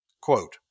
Quote